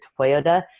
Toyota